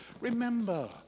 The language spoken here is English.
remember